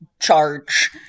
charge